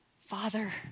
Father